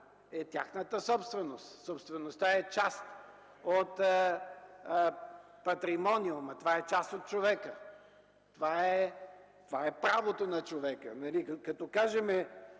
е тяхната собственост. Собствеността е част от патримониума, това е част от човека, това е правото на човека. Като кажем